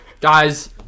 Guys